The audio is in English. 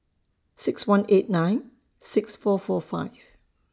six one eight nine six four four five